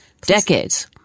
decades